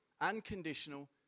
unconditional